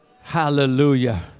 Hallelujah